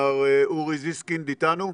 מר אורי זיסקינד איתנו?